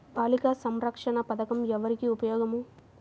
బాలిక సంరక్షణ పథకం ఎవరికి ఉపయోగము?